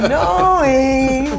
Annoying